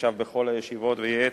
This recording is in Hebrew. שישב בכל הישיבות וייעץ,